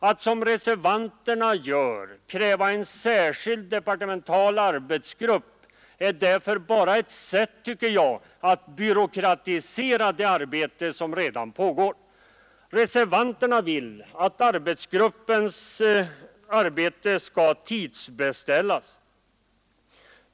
Att som reservanterna gör kräva en särskild departemental arbetsgrupp är därför bara ett sätt, tycker jag, att byråkratisera det arbete som redan pågår. Reservanterna vill att arbetsgruppens arbete skall tidsbestämmas.